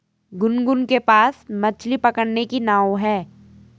गुनगुन के पास मछ्ली पकड़ने की नाव है